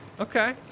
Okay